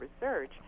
research